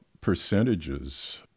percentages